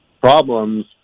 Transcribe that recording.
problems